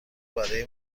برای